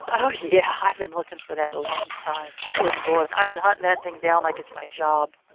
oh yeah, i've been looking for that a long time. good lord, and i've been hunting that thing down like it's my job!